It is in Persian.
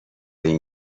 این